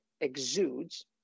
exudes